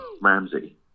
Ramsey